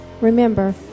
remember